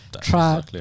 try